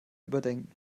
überdenken